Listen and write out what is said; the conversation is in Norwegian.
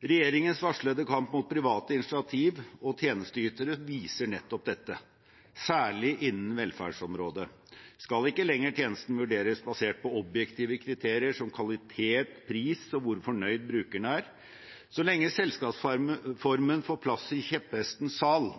Regjeringens varslede kamp mot private initiativ og tjenesteytere viser nettopp dette, særlig innen velferdsområdet. Skal ikke lenger tjenesten vurderes basert på objektive kriterier som kvalitet, pris og hvor fornøyde brukerne er? Så lenge selskapsformen får plass i kjepphestens sal,